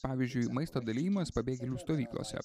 pavyzdžiui maisto dalijimas pabėgėlių stovyklose